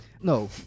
no